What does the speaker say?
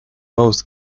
most